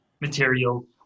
material